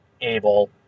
able